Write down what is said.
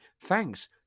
thanks